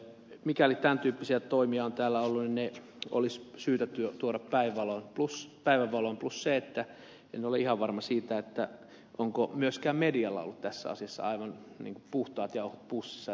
mikäli tämän tyyppisiä toimia on täällä ollut niin ne olisi syytä tuoda päivänvaloon plus se että en ole ihan varma siitä onko myöskään medialla ollut tässä asiassa aivan puhtaat jauhot pussissa